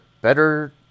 better